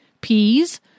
peas